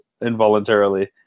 involuntarily